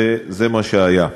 וזה מה שהיה.